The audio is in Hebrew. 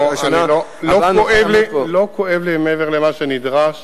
לא כואב לי מעבר למה שנדרש